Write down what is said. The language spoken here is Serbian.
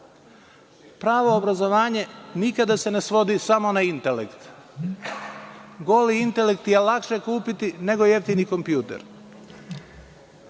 obrazovanje nikada se ne svodi samo na intelekt. Goli intelekt je lakše kupiti nego jeftini kompjuter.